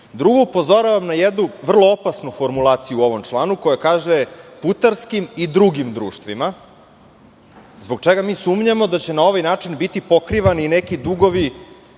duguje? Drugo, upozoravam na jednu vrlo opasnu formulaciju u ovom članu koja kaže – putarskim i drugim društvima, zbog čega mi sumnjamo da će na ovaj način biti pokrivani neki dugovi